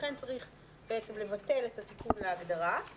לכן צריך לבטל את התיקון להגדרה.